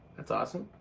that's awesome.